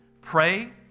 Pray